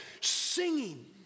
singing